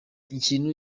ikintu